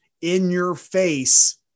in-your-face